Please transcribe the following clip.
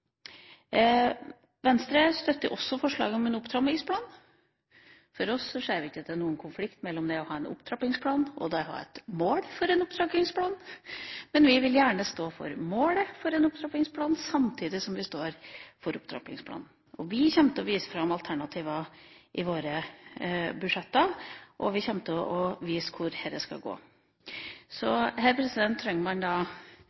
Venstre støtter også forslaget om en opptrappingsplan. Vi ser ikke at det er noen konflikt mellom det å ha en opptrappingsplan og det å ha et mål for en opptrappingsplan, men vi vil gjerne stå for målet for en opptrappingsplan samtidig som vi står for opptrappingsplanen. Vi kommer til å vise fram alternativer i våre budsjetter, og vi kommer til å vise i hvilken retning dette skal gå. Så her trenger man